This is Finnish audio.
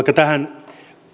tähän